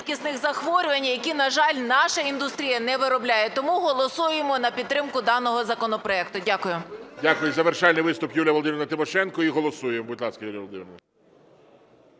рідкісних захворювань, які, на жаль, наша індустрія не виробляє. Тому голосуємо на підтримку даного законопроекту. Дякую. ГОЛОВУЮЧИЙ. Дякую. Завершальний виступ, Юлія Володимирівна Тимошенко, і голосуємо. Будь ласка, Юлія Володимирівна.